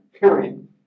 Period